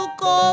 go